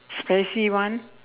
spicy one